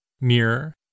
mirror